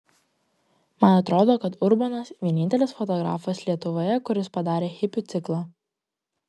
man atrodo kad urbonas vienintelis fotografas lietuvoje kuris padarė hipių ciklą